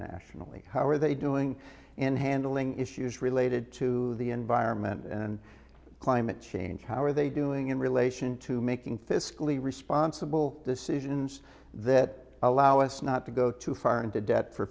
nationally how are they doing in handling issues related to the environment and climate change how are they doing in relation to making fiscally responsible decisions that allow us not to go too far into debt for